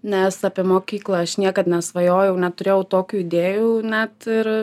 nes apie mokyklą aš niekad nesvajojau neturėjau tokių idėjų net ir